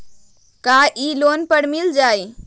का इ लोन पर मिल जाइ?